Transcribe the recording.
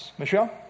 Michelle